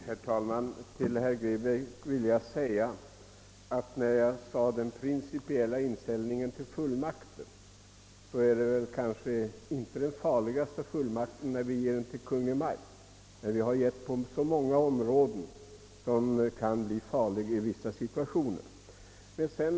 Herr talman! Till herr Grebäck vill jag säga att när jag nämnde den principiella inställningen till fullmakten menade jag inte att det skulle vara farligast att lämna fullmakten till Kungl. Maj:t. Vi har dock beviljat sådana fullmakter på många andra områden, där de i vissa situationer kan bli farliga.